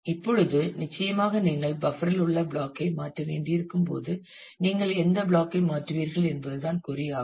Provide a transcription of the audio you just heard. இப்பொழுது நிச்சயமாக நீங்கள் பஃப்பர் இல் உள்ள பிளாக் ஐ மாற்ற வேண்டியிருக்கும் போது நீங்கள் எந்த பிளாக் ஐ மாற்றுவீர்கள் என்பதுதான் கொறி ஆகும்